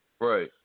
right